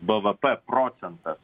bvp procentas